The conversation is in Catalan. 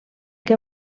que